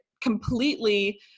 completely